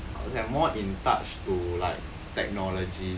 more in touch to like technology